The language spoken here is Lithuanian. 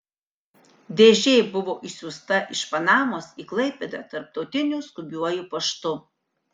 dėžė buvo išsiųsta iš panamos į klaipėdą tarptautiniu skubiuoju paštu